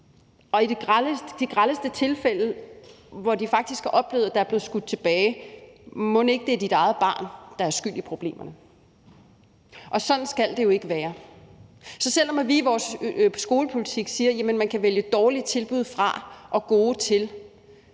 de i de grelleste tilfælde faktisk har oplevet, at der er blevet skudt tilbage: Mon ikke, det er dit eget barn, der er skyld i problemerne? Sådan skal det jo ikke være. Så selv om vi i vores skolepolitik siger, at man kan vælge dårlige tilbud fra og gode til,